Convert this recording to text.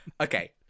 Okay